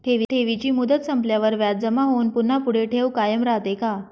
ठेवीची मुदत संपल्यावर व्याज जमा होऊन पुन्हा पुढे ठेव कायम राहते का?